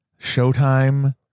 Showtime